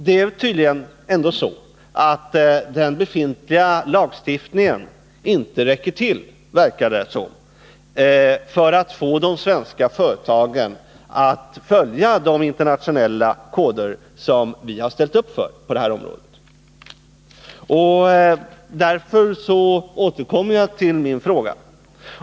Det förefaller som om den befintliga lagstiftningen inte räcker till för att få de svenska företagen att följa de internationella koder som vi har ställt oss bakom på detta område. Därför återkommer jag till min fråga.